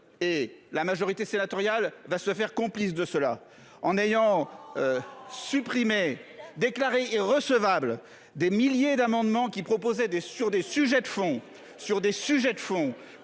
et. La majorité sénatoriale va se faire complice de cela en ayant. Supprimé déclaré recevable. Des milliers d'amendements qui proposait des sur des sujets de fond